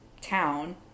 town